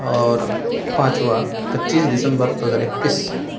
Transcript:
اور پانچواں پچیس دسمبر دو ہزار اکیس